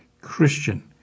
Christian